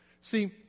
See